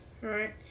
Right